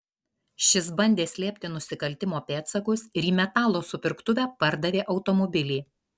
šis bandė slėpti nusikaltimo pėdsakus ir į metalo supirktuvę pardavė automobilį